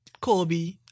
Kobe